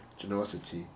generosity